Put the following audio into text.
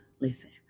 listen